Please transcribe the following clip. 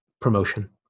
promotion